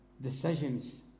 decisions